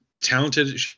talented